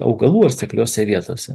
augalų sekliose vietose